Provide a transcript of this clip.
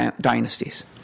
dynasties